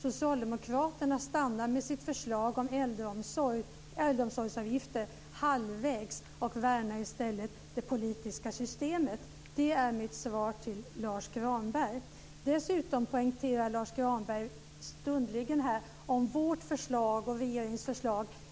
Socialdemokraterna stannar halvvägs med sitt förslag om äldreomsorgsavgifter, och värnar i stället det politiska systemet. Det är mitt svar till Lars Dessutom poängterar Lars Granberg stundligen här vårt och regeringens förslag.